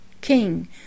king